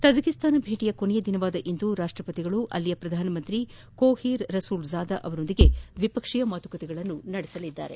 Tajikistan ಭೇಟಿಯ ಕೊನೆಯ ದಿನವಾದ ಇಂದು ರಾಷ್ಟಪತಿ ಅವರು ಅಲ್ಲಿನ ಪ್ರಧಾನಮಂತ್ರಿ ಕೋಹಿರ್ ರಸೂಲ್ ಜಾದ ಅವರೊಂದಿಗೆ ದ್ವಿಪಕ್ಷೀಯ ಮಾತುಕತೆ ನಡೆಸಲಿದ್ದಾರೆ